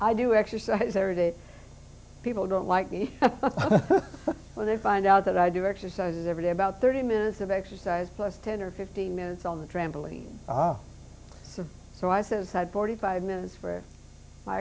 i do exercise every day people don't like me but they find out that i do exercises every day about thirty minutes of exercise plus ten or fifteen minutes on the trampoline so i says had forty five minutes for my